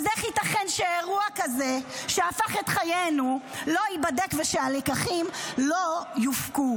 אז איך ייתכן שאירוע כזה שהפך את חיינו לא ייבדק ושהלקחים לא יופקו?